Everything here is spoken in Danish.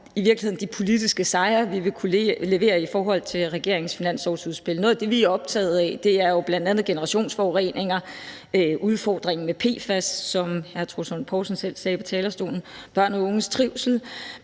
i virkeligheden mere om de politiske sejre, vi vil kunne levere i forhold til regeringens finanslovsudspil. Noget af det, som vi er optagede af, er jo bl.a. generationsforureninger, udfordringen med PFAS, som hr. Troels Lund Poulsen selv sagde på talerstolen, og børn og unges trivsel,